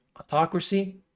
autocracy